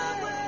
away